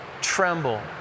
tremble